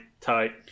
Tight